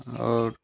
और